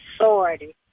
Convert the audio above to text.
authority